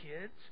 kids